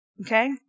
Okay